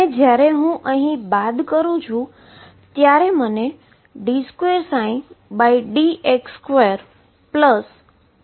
ચાલો જોઈએ કેવી રીતે આ કામ કરે છે